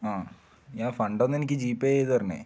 ആ ഞാൻ ഫണ്ട് ഒന്ന് എനിക്ക് ജി പേ ചെയ്ത് തരണേ